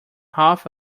half